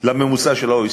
לממוצע של ה-OECD.